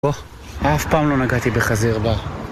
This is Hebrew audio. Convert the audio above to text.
בוא, אף פעם לא נגעתי בחזיר בר.